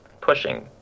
pushing